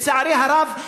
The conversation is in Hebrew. לצערי הרב,